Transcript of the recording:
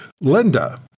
Linda